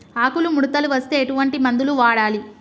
ఆకులు ముడతలు వస్తే ఎటువంటి మందులు వాడాలి?